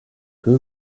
que